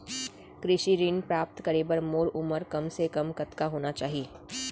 कृषि ऋण प्राप्त करे बर मोर उमर कम से कम कतका होना चाहि?